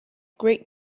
great